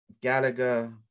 Gallagher